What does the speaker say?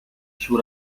sui